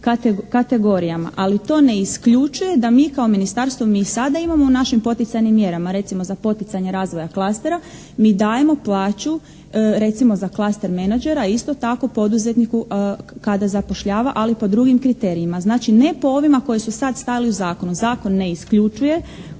Ali to ne isključuje da mi kao ministarstvo, mi i sada imamo u našim poticajnim mjerama recimo za poticanje razvoja klastera mi dajemo plaću recimo za klaster menađera isto tako poduzetniku kada zapošljava ali po drugim kriterijima, znači ne po ovima koji su sada stajali u zakonu. Zakon ne isključuje